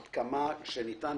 עד כמה שניתן,